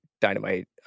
dynamite